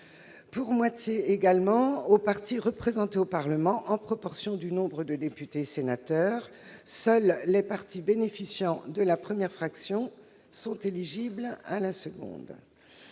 L'autre moitié est répartie aux partis représentés au Parlement, en proportion du nombre de députés et sénateurs. Seuls les partis bénéficiant de la première fraction sont éligibles à la seconde.